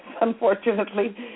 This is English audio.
unfortunately